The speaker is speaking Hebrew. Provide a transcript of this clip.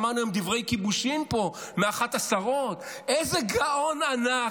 שמענו היום דברי כיבושין פה מאחת השרות: איזה גאון ענק,